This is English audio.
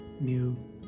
new